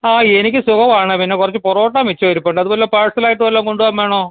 ആ എനിക്ക് സുഖമാണ് പിന്നെ കുറച്ച് പൊറോട്ട മിച്ചം ഇരിപ്പുണ്ട് അത് വല്ല പാഴ്സലായിട്ട് വല്ലതും കൊണ്ടു പോകാൻ വേണോ